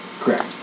Correct